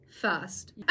first